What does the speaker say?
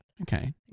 Okay